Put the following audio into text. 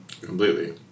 completely